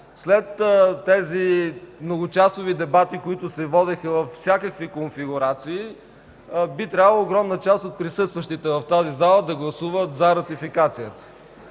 след тези многочасови дебати, които се водеха във всякакви конфигурации, би трябвало огромна част от присъстващите в тази зала да гласуват за ратификацията.